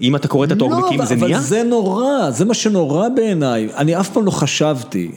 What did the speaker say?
אם אתה קורא את התור בקימון זה נהיה? אבל זה נורא, זה מה שנורא בעיניי, אני אף פעם לא חשבתי.